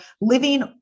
living